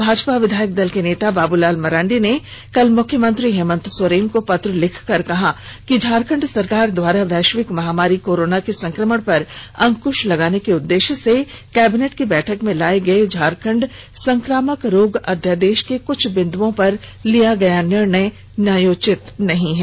भाजपा विधायक दल के नेता बाबूलाल मरांडी ने कल मुख्यमंत्री हेमंत सोरेन को पत्र लिखकर कहा कि झारखंड सरकार द्वारा वैश्विक महामारी कोरोना के संक्रमण पर अंकृश लगाने के उद्देश्य से कैबिनेट की बैठक में लाए गए झारखंड संक्रामक रोग अध्यादेश के कुछ बिन्दुओं पर लिया गया निर्णय न्यायोचित नहीं है